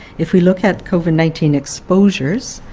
if we look at covid nineteen exposures,